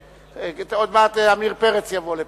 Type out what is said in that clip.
עוד מעט עמיר פרץ יבוא לפה.